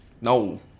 no